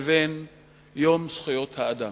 על יום זכויות האדם.